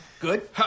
Good